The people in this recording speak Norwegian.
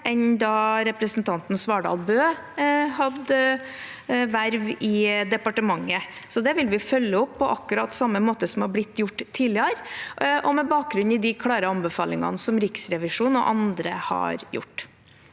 enn da representanten Svardal Bøe hadde verv i departementet. Så det vil vi følge opp på akkurat samme måte som det har blitt gjort tidligere, og med bakgrunn i de klare anbefalingene som Riksrevisjonen og andre har gitt.